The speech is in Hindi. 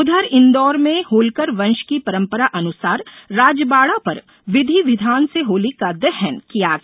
उधर इंदौर में होलकर वंश की परम्परा अनुसार राजबाड़ा पर विधि विधान से होलिका का दहन किया गया